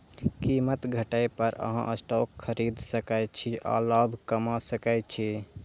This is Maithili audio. कीमत घटै पर अहां स्टॉक खरीद सकै छी आ लाभ कमा सकै छी